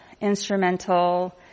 instrumental